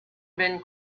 been